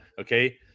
okay